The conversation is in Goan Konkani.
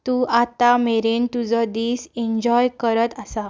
तूं आतां मेरेन तुजो दीस इन्जॉय करत आसा